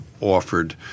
offered